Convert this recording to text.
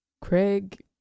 Craig